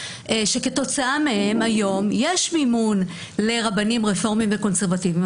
שכתוצאה מהם היום יש מימון לרבנים רפורמים וקונסרבטיבים,